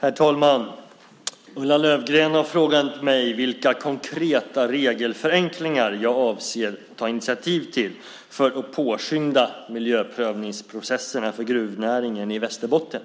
Herr talman! Ulla Löfgren har frågat mig vilka konkreta regelförenklingar jag avser att ta initiativ till för att påskynda miljöprövningsprocesserna för gruvnäringen i Västerbotten.